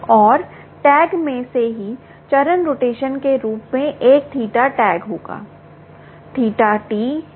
और टैग में ही चरण रोटेशन के रूप में एक थीटा टैग होगा